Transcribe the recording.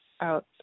out